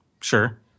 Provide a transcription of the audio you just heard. Sure